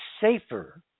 safer